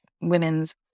women's